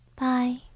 Bye